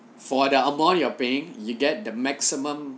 for the amount you are paying you get the maximum